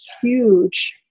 huge